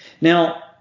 Now